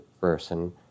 person